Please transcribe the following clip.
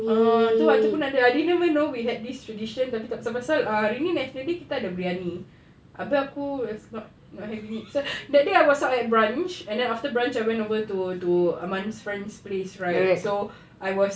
ah tu ah tu pun ada I didn't even know we had this tradition tapi tak pasal-pasal ah hari ni national day kita ada briyani abeh aku is not not having it so that day I was out at brunch then after brunch went over to to aman friends place right so I was